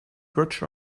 götsch